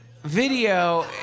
Video